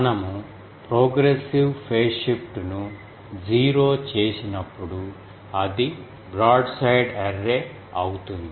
మనము progressive phase shift ను 0 చేసినప్పుడు అది బ్రాడ్సైడ్ అర్రే అవుతుంది